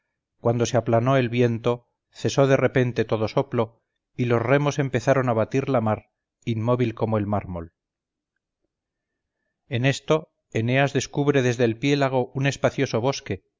cuando se aplanó el viento cesó de repente todo soplo y los remos empezaron a batir la mar inmóvil como el mármol en esto eneas descubre desde el piélago un espacioso bosque